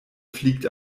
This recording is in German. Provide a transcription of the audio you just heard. fliegt